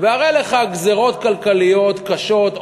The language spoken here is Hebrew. והרי לך גזירות כלכליות קשות,